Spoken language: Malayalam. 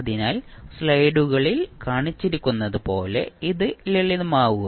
അതിനാൽ സ്ലൈഡുകളിൽ കാണിച്ചിരിക്കുന്നതുപോലെ ഇത് ലളിതമാക്കും